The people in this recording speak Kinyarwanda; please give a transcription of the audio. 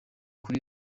kuri